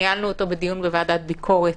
ניהלנו אותו בדיון בוועדת הביקורת.